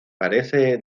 parece